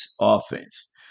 offense